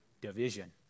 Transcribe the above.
Division